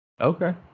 Okay